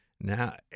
Now